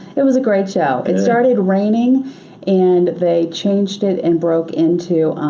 it was a great show it started raining and they changed it and broke into